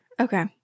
Okay